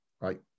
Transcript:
Right